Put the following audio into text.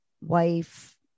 wife